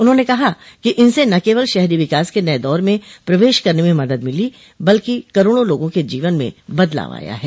उन्होंने कहा कि इनसे न केवल शहरी विकास के नए दौर में प्रवेश करने में मदद मिली है बल्कि करोड़ों लोगों के जीवन में बदलाव आया है